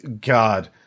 god